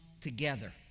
together